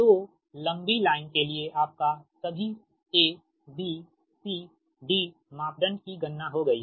तो लंबी लाइन के लिए आपका सभी A B C D मापदंड की गणना हो गई है